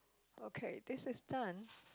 okay this is done